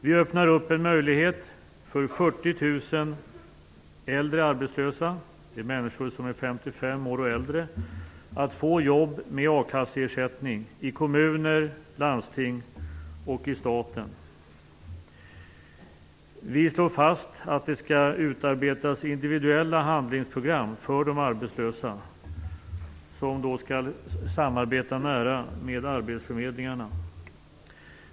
Vi öppnar upp en möjlighet för 40 000 äldre arbetslösa - människor som är 55 år och äldre - att få jobb med a-kasseersättning i kommuner, i landsting och i staten. Vi slår fast att det skall utarbetas individuella handlingsprogram för de arbetslösa, i nära samarbete med arbetsförmedlingarna.